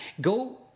go